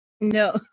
No